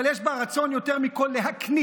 אבל יש בה רצון יותר מכול להקניט: